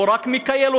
הוא רק מכייל.